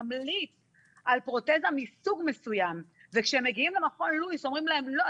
ממליץ על פרוטזה מסוג מסוים וכשהם מגיעים למכון לואיס אומרים להם "לא,